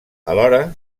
alhora